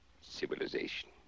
civilization